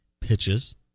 pitches